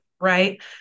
right